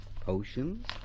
potions